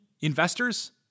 investors